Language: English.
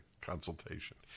consultation